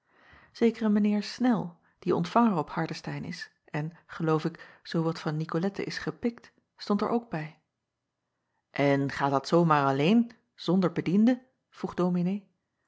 ekere mijn eer nel die ontvanger op ardestein is en geloof ik zoo wat van icolette is gepikt stond er ook bij n gaat dat zoo maar alleen zonder bediende vroeg